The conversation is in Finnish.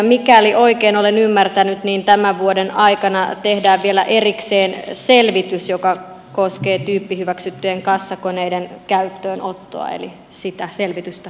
mikäli oikein olen ymmärtänyt niin tämän vuoden aikana tehdään vielä erikseen selvitys joka koskee tyyppihyväksyttyjen kassakoneiden käyttöönottoa eli sitä selvitystä odotellessa